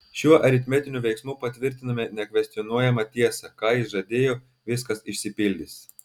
šiuo aritmetiniu veiksmu patvirtiname nekvestionuojamą tiesą ką jis žadėjo viskas išsipildys